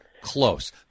close